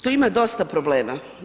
To ima dosta problema.